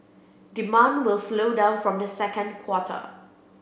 demand will slow down from the second quarter